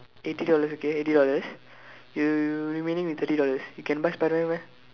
eighty dollars okay eighty dollars you remaining with thirty dollars you can buy Spiderman meh